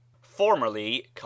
formerly